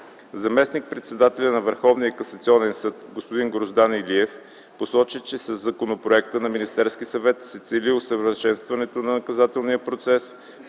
Заместник-председателят на Върховния касационен съд господин Гроздан Илиев посочи, че със законопроекта на Министерския съвет се цели усъвършенстване на наказателния процес